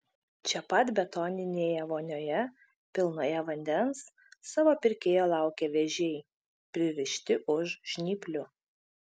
čia pat betoninėje vonioje pilnoje vandens savo pirkėjo laukia vėžiai pririšti už žnyplių